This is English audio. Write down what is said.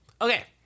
Okay